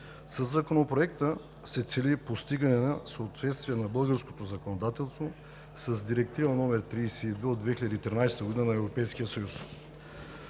Със Законопроекта се цели постигане на съответствие на българското законодателство с Директива № 32/2013 на